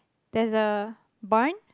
there's a barn